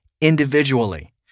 individually